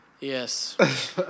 Yes